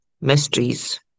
mysteries